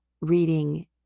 reading